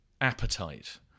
appetite